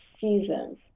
seasons